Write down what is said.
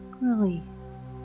release